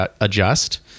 adjust